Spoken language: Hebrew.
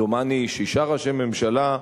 דומני שישה ראשי ממשלה,